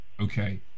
okay